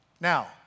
Now